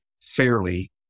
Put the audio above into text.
fairly